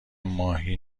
ماهی